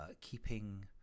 keeping